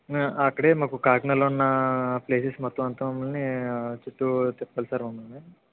అక్కడే మాకు కాకినాడలో ఉన్నప్లేసెస్ మొత్తం అంతా మమల్ని ఆ చుట్టూ తిప్పాలి సార్ మమ్మల్ని